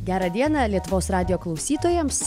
gerą dieną lietuvos radijo klausytojams